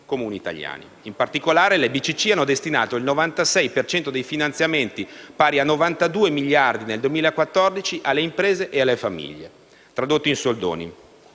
In particolare, le BCC hanno destinato il 96 per cento dei finanziamenti, pari a 92 miliardi nel 2014, alle imprese e alle famiglie. Tradotto in soldoni,